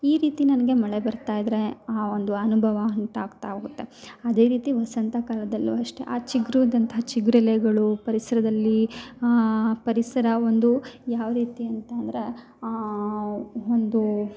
ಈ ರೀತಿ ನನಗೆ ಮಳೆ ಬರ್ತಾ ಇದ್ದರೆ ಆ ಒಂದು ಅನುಭವ ಅಂತ ಆಗ್ತಾ ಹೋಗುತ್ತೆ ಅದೇ ರೀತಿ ವಸಂತಕಾಲದಲ್ಲೂ ಅಷ್ಟೇ ಆ ಚಿಗರುದಂತ ಚಿಗ್ರು ಎಲೆಗಳು ಪರಿಸರದಲ್ಲಿ ಪರಿಸರ ಒಂದು ಯಾವ ರೀತಿ ಅಂತ ಅಂದರೆ ಒಂದು